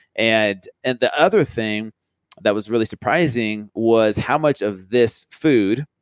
and and the other thing that was really surprising was how much of this food,